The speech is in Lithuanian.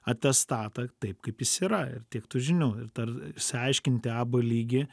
atestatą taip kaip jis yra ir tiek tų žinių ir dar išsiaiškinti a b lygį